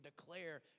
declare